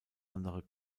andere